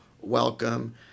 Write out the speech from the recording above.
welcome